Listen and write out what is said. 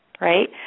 right